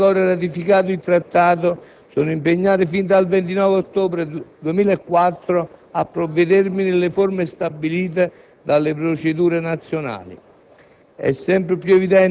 Gli Stati che non hanno ancora ratificato il Trattato sono impegnati fin dal 29 ottobre 2004 a provvedervi nelle forme stabilite dalle procedure nazionali.